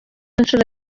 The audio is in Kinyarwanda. nshuro